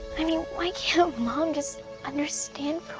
i mean, why can't mom just understand